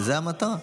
וזאת המטרה.